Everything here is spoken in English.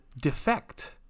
defect